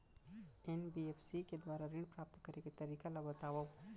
NBFC के दुवारा ऋण प्राप्त करे के तरीका ल बतावव?